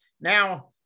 Now